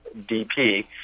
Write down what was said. DP